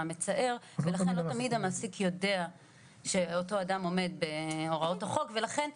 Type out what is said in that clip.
המצער ולכן לא תמיד המעסיק יודע שאותו אדם עומד בהוראות החוק ולכן.